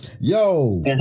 Yo